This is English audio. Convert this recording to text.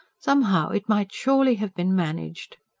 somehow, it might surely have been managed.